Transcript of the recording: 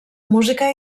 música